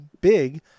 big